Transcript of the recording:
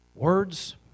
Words